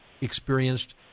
experienced